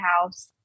house